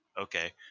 okay